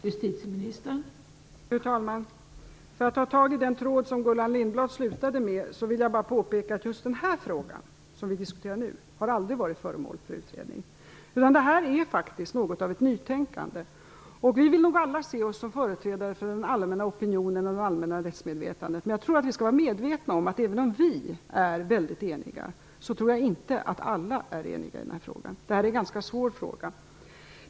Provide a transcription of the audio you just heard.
Fru talman! För att ta tag i den tråd som Gullan Lindblad slutade med vill jag bara påpeka att just den fråga som vi diskuterar nu aldrig har varit föremål för utredning. Detta är faktiskt något av ett nytänkande. Vi vill nog alla se oss som företrädare för den allmänna opinionen och det allmänna rättsmedvetandet. Men jag tror att vi skall vara medvetna om att även om vi är mycket eniga är nog inte alla eniga i den här frågan. Det är en ganska svår fråga.